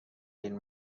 این